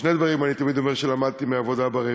שני דברים אני תמיד אומר שלמדתי מהעבודה ברפת: